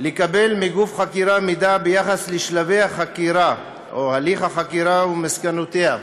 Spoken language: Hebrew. לקבל מגוף חקירה מידע על שלבי החקירה או הליך החקירה ומסקנותיה.